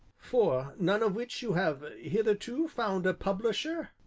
for none of which you have hitherto found a publisher?